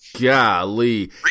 golly